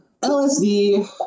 LSD